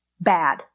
bad